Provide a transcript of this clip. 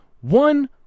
one